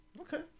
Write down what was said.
Okay